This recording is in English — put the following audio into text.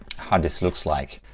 how this looks like.